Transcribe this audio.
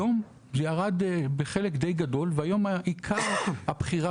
היום זה ירד בחלק די גדול והיום עיקר הבחירה